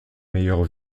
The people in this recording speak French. meilleures